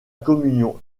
communion